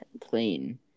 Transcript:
plane